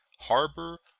harbor,